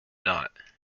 not